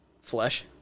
Flesh